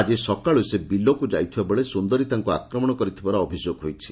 ଆକି ସକାଳୁ ସେ ବିଲକୁ ଯାଇଥିବା ବେଳେ ସୁନ୍ଦରୀ ତାଙ୍କୁ ଆକ୍ରମଣ କରିଥିବାର ଅଭିଯୋଗ ହୋଇଛି